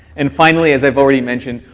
and, finally, as i've already mentioned,